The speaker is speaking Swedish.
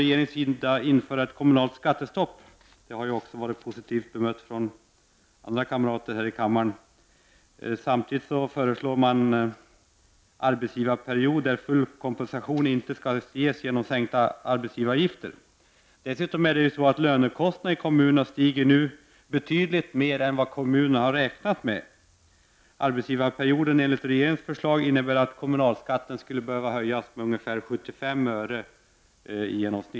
Regeringen vill införa ett kommunalt skattestopp. Detta har ju blivit positivt bemött från andra ledamöter här i kammaren. Samtidigt föreslår regeringen en arbetsgivarperiod som inte skall kompenseras genom sänkta arbetsgivaravgifter. Lönekostnaderna i kommunerna stiger nu betydligt mer än vad kommunerna har räknat med. Enligt regeringens förslag innebär arbetsgivarperioden att kommunalskatten skulle behöva höjas med i genomsnitt ungefär 75 öre.